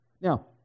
now